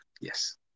Yes